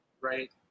right